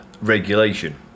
regulation